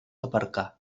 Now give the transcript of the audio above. aparcar